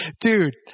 Dude